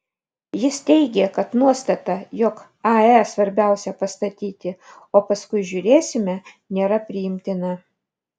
jis teigė kad nuostata jog ae svarbiausia pastatyti o paskui žiūrėsime nėra priimtina